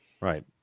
Right